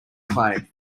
clay